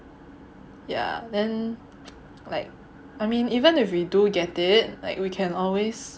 ya then like I mean even if we do get it like we can always